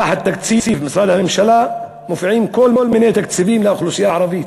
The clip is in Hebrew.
תחת תקציב משרד ראש הממשלה מופעים כל מיני תקציבים לאוכלוסייה הערבית.